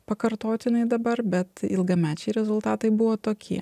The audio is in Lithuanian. pakartotinai dabar bet ilgamečiai rezultatai buvo tokie